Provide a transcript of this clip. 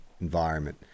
environment